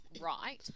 right